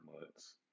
months